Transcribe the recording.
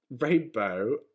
rainbow